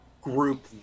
group